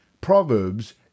Proverbs